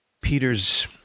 Peter's